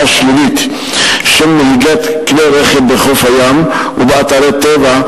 השלילית של נהיגת כלי רכב בחוף הים ובאתרי טבע,